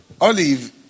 Olive